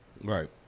Right